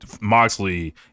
Moxley